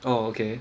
oh okay